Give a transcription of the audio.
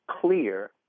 clear